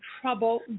trouble